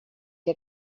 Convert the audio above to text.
que